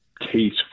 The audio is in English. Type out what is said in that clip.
case